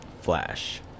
flash